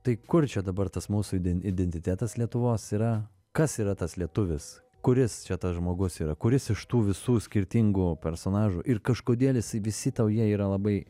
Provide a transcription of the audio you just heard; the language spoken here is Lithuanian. tai kur čia dabar tas mūsų identitetas lietuvos yra kas yra tas lietuvis kuris čia tas žmogus yra kuris iš tų visų skirtingų personažų ir kažkodėl jisai visi tau jie yra labai